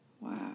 Wow